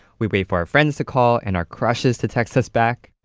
we wait for our friends to call and our crushes to text us back.